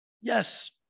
yes